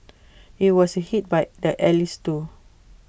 IT was hit by the allies too